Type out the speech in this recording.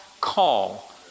call